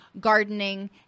gardening